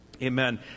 Amen